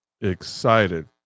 excited